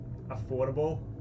affordable